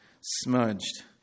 smudged